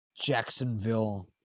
Jacksonville